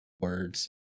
words